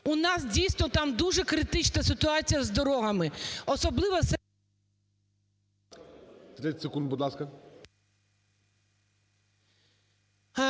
У нас, дійсно, там дуже критична ситуація з дорогами,